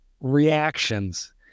reactions